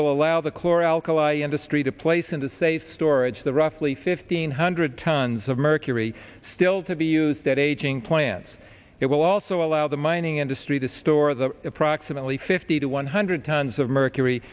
will allow the chloralkali industry to place in the safe storage the roughly fifty one hundred tons of mercury still to be used at aging plants it will also allow the mining industry to store the approximately fifty to one hundred tons of mercury